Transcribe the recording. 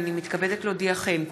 הינני מתכבדת להודיעכם,